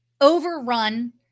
overrun